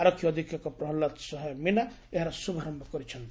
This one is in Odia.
ଆରକ୍ଷୀ ଅଧୀକ୍ଷକ ପ୍ରହଲ୍ଲାଦ ସହାୟ ମୀନା ଏହାର ଶୁଭାରୟ କରିଛନ୍ତି